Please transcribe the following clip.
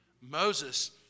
Moses